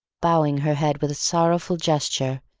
bowing her head with a sorrowful gesture,